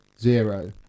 zero